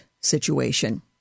situation